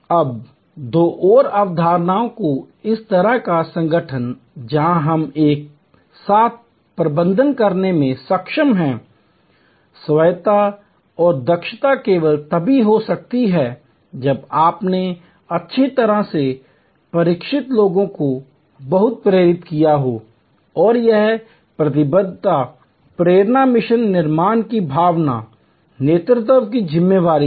अब दो और अवधारणाएं इस तरह का संगठन जहां हम एक साथ प्रबंधन करने में सक्षम हैं स्वायत्तता और दक्षता केवल तभी हो सकती है जब आपने अच्छी तरह से प्रशिक्षित लोगों को बहुत प्रेरित किया हो और यह प्रतिबद्धता प्रेरणा मिशन निर्माण की भावना नेतृत्व की जिम्मेदारी है